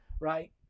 right